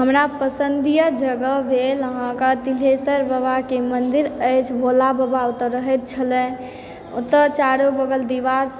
हमरा पसंदीय जगह भेल अहाँके तिलेश्वर बाबा के मन्दिर अछि भोला बाबा ओतए रहैत छलय ओतए चारू बगल दिवार